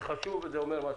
זה חשוב, זה אומר משהו.